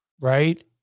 right